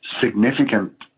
significant